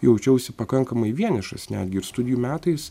jaučiausi pakankamai vienišas netgi ir studijų metais